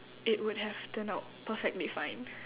it would have turned out perfectly fine